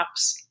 apps